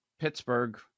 Pittsburgh